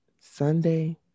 Sunday